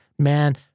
man